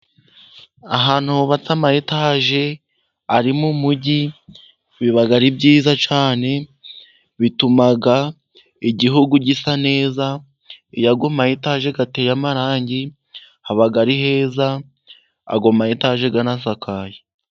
Ahantu hubatse amayetaje ari mu Mujyi, biba ari byiza, yiza cyane, bituma Igihugu gisa neza, iyo ayo mayetaje ateye amarangi, haba ari heza, ayo mayetaje anasakaye.